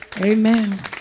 Amen